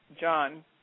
John